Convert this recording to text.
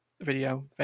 video